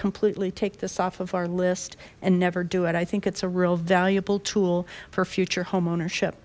completely take this off of our list and never do it i think it's a real valuable tool for future homeownership